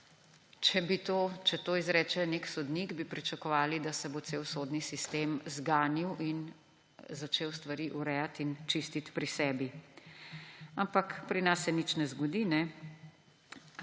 Če to izreče nek sodnik, bi pričakovali, da se bo cel sodni sistem zganil in začel stvari urejati in čistiti pri sebi. Ampak pri nas se nič ne zgodi,